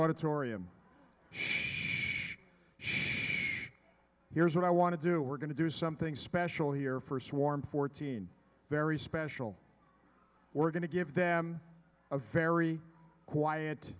auditorium should show here's what i want to do we're going to do something special here first warm fourteen very special we're going to give them a very quiet